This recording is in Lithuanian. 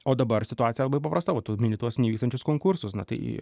o dabar situacija labai paprasta va tu mini tuos neįvykstančius konkursus tai